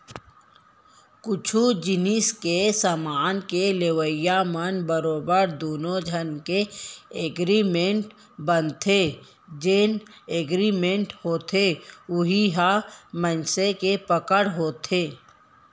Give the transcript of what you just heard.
कुछु जिनिस के समान के लेवई म बरोबर दुनो झन के एगरिमेंट बनथे जेन एगरिमेंट होथे उही ह मनसे के पकड़ होथे